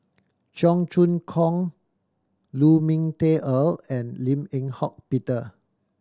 Cheong Choong Kong Lu Ming Teh Earl and Lim Eng Hock Peter